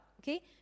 Okay